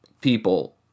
people